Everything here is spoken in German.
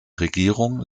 regierung